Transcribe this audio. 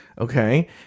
okay